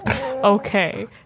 Okay